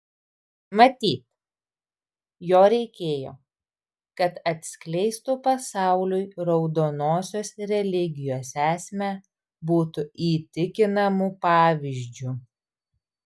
matyt jo reikėjo kad atskleistų pasauliui raudonosios religijos esmę būtų įtikinamu pavyzdžiu